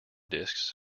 disks